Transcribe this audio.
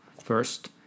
first